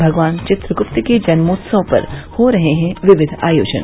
भगवान चित्रगुप्त के जन्मोत्सव पर हो रहे हैं विविध आयोजन